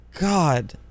god